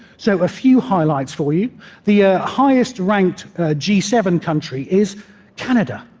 so a few highlights for you the ah highest ranked g seven country is canada.